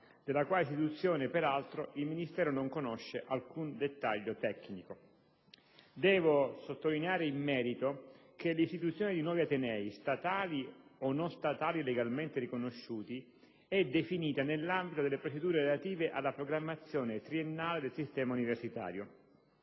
della quale istituzione peraltro il Ministero non conosce alcun dettaglio tecnico. Devo sottolineare in merito che l'istituzione di nuovi atenei, statali o non statali legalmente riconosciuti, è definita nell'ambito delle procedure relative alla programmazione triennale del sistema universitario.